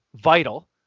vital